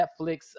Netflix